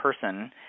person